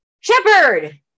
Shepherd